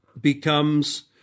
becomes